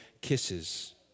kisses